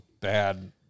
bad